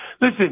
Listen